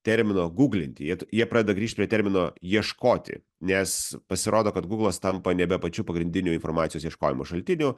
termino gūglinti jie jie pradeda grįžt prie termino ieškoti nes pasirodo kad gūglas tampa nebe pačiu pagrindiniu informacijos ieškojimo šaltiniu